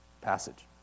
passage